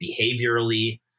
behaviorally